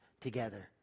together